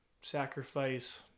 sacrifice